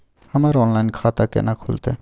हमर ऑनलाइन खाता केना खुलते?